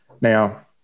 Now